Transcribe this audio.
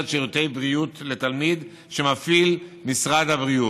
שירותי הבריאות לתלמיד שמפעיל משרד הבריאות.